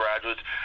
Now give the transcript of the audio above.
graduates